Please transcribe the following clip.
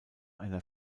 einer